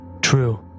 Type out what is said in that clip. True